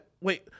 wait